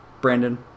Brandon